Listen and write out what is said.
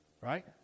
right